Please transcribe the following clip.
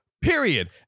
period